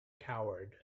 coward